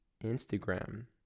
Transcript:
instagram